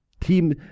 team